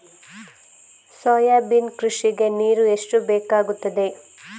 Soybean ಕೃಷಿಗೆ ನೀರು ಎಷ್ಟು ಬೇಕಾಗುತ್ತದೆ?